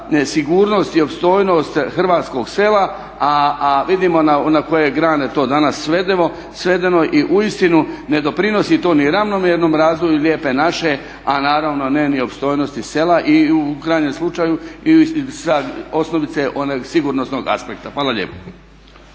nesigurnost i opstojnost hrvatskog sela, a vidimo na koje je grane to danas svedeno. I uistinu ne doprinosi to ni ravnomjernom razvoju Lijepe naše, a naravno ne ni opstojnosti sela i u krajnjem slučaju i sa osnovice onog sigurnosnog aspekta. Hvala lijepo.